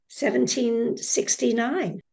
1769